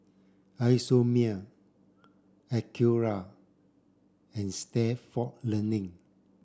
Isomil Acura and Stalford Learning